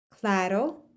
claro